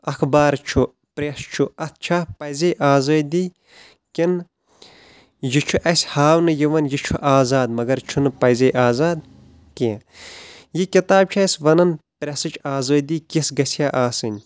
اخبار چھُ پریٚس چھُ اتھ چھا پزے آزٲدی کِن یہِ چھُ اسہِ ہاونہٕ یِوان یہِ چھُ آزاد مگر چھُنہٕ پزے آزاد کینٛہہ یہِ کِتاب چھِ اسہ ونان پریٚسٕچ آزٲدی کژھ گژھہا آسٕنۍ